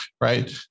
Right